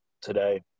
today